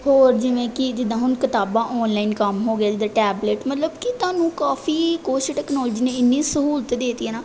ਹੋਰ ਜਿਵੇਂ ਕਿ ਜਿੱਦਾਂ ਹੁਣ ਕਿਤਾਬਾਂ ਔਨਲਾਈਨ ਕੰਮ ਹੋ ਗਿਆ ਜਿੱਦਾਂ ਟੈਬਲੇਟ ਮਤਲਬ ਕਿ ਤੁਹਾਨੂੰ ਕਾਫ਼ੀ ਕੁਛ ਟੈਕਨੋਲਜੀ ਨੇ ਇੰਨੀ ਸਹੂਲਤ ਦੇ ਦਿੱਤੀ ਹੈ ਨਾ